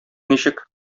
ничек